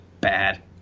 bad